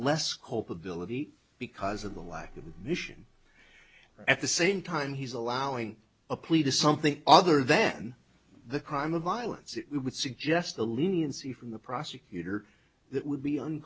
less culpability because of the lack of a mission at the same time he's allowing a plea to something other than the crime of violence it would suggest the leniency from the prosecutor that would be